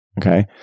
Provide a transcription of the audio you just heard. Okay